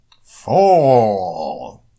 Four